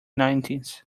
nineties